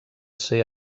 ser